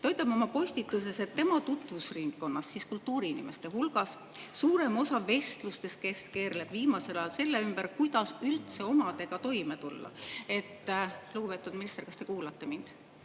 Ta ütleb oma postituses, et tema tutvusringkonnas, kultuuriinimeste hulgas suurem osa vestlustest keerleb viimasel ajal selle ümber, kuidas üldse omadega toime tulla. (Hääled saalis.) Lugupeetud minister, kas te kuulate mind?